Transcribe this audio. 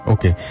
Okay